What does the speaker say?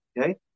Okay